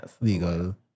legal